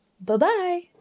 Bye-bye